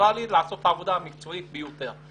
ניטרלי ולעשות את העבודה המקצועית ביותר.